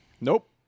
Nope